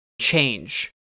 change